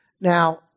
Now